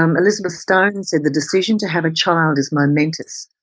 um elizabeth stone said, the decision to have a child is momentous,